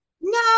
No